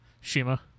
Shima